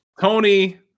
Tony